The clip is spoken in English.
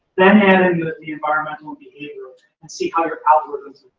then add in the environmental and behavioral and see how your algorithms